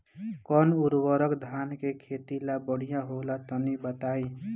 कौन उर्वरक धान के खेती ला बढ़िया होला तनी बताई?